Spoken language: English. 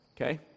Okay